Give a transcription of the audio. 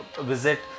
visit